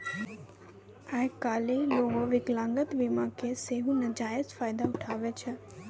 आइ काल्हि लोगें विकलांगता बीमा के सेहो नजायज फायदा उठाबै छै